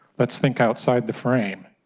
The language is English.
let's think outside the frame.